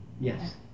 Yes